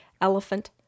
elephant